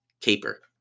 caper